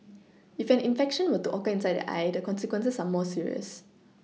if an infection were to occur inside the eye the consequences are more serious